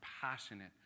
passionate